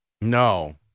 No